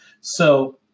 So-